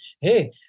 hey